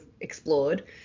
explored